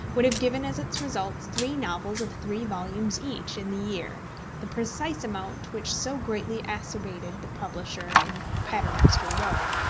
would have given as its results three novels of three volumes each in the year the precise amount which so greatly acerbated the publisher in paternoster row,